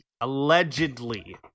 Allegedly